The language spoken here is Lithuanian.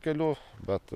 kelių bet